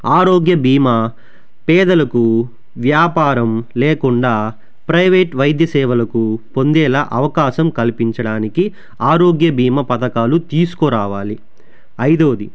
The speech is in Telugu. ఆరోగ్య భీమా పేదలకు వ్యాపారం లేకుండా ప్రైవేట్ వైద్య సేవలకు పొందేలా అవకాశం కల్పించడానికి ఆరోగ్య భీమా పథకాలు తీసుకురావాలి అయిదవది